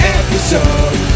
episode